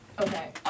Okay